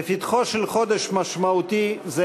בפתחו של חודש משמעותי זה,